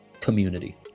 community